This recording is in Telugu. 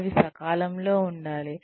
అవి సకాలంలో ఉండాలి